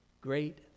great